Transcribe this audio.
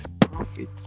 profit